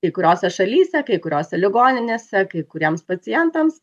kai kuriose šalyse kai kurios ligoninėse kai kuriems pacientams